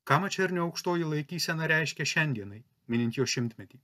ką mačernio aukštoji laikysena reiškia šiandienai minint jo šimtmetį